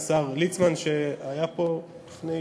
עליו, פתרון אחר